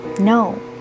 no